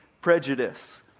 Prejudice